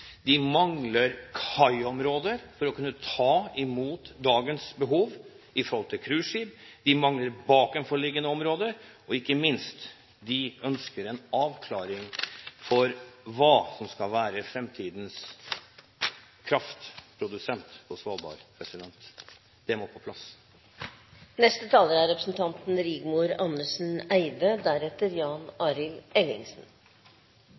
De mangler kaiområder for å kunne ivareta dagens behov med hensyn til cruiseskip. De mangler bakenforliggende områder, og – ikke minst – de ønsker en avklaring av hva som skal være framtidens kraftprodusent på Svalbard. Det må på plass. Jeg synes det er positivt, det som sies av representanten